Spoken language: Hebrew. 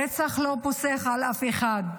הרצח לא פוסח על אף אחד,